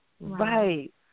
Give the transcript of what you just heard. Right